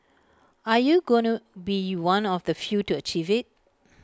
are you gonna be one of the few to achieve IT